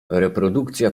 reprodukcja